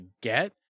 get